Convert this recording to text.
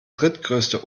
drittgrößte